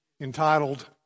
entitled